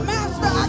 Master